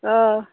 অঁ